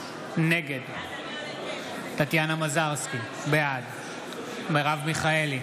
נגד טטיאנה מזרסקי, בעד מרב מיכאלי,